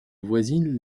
voisine